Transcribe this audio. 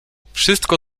wszystko